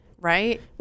Right